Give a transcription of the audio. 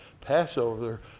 Passover